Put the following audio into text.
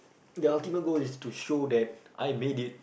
the ultimate goal is to show that I made it